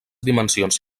dimensions